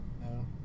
No